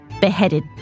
Beheaded